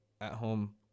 at-home